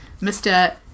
Mr